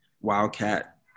Wildcat